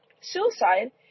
suicide